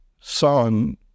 son